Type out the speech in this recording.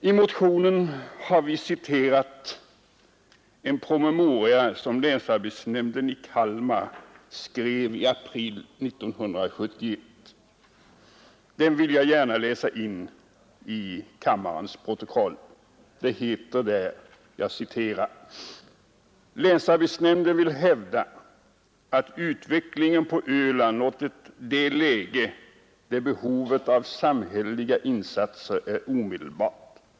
I motionen har vi ur en promemoria som länsarbetsnämnden i Kalmar skrev i april 1971 citerat följande, som jag gärna vill läsa in i kammarens protokoll: ”Länsarbetsnämnden vill hävda att utvecklingen på Öland nått det läge där behovet av samhälleliga insatser är omedelbart.